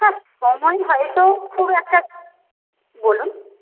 হ্যাঁ সময় হয়তো খুব একটা বলুন